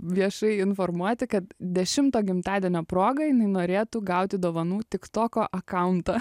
viešai informuoti kad dešimto gimtadienio proga jinai norėtų gauti dovanų tik toko akauntą